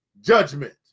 judgment